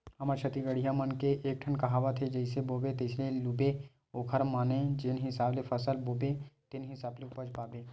हमर छत्तीसगढ़िया मन के एकठन कहावत हे जइसे बोबे तइसने लूबे ओखर माने जेन हिसाब ले फसल बोबे तेन हिसाब ले उपज पाबे